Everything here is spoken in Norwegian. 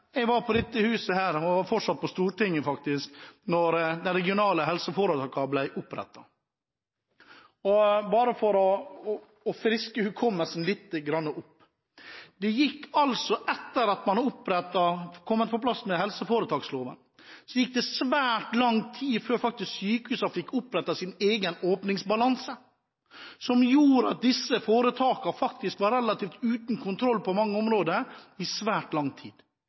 Jeg var på dette huset – og fortsatt på Stortinget, faktisk – da de regionale helseforetakene ble opprettet. Bare for å friske opp hukommelsen litt: Etter at man hadde fått på plass helseforetaksloven, gikk det svært lang tid før sykehusene fikk opprettet sin egen åpningsbalanse, som gjorde at disse foretakene faktisk var uten kontroll på mange områder i svært lang tid.